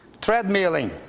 treadmilling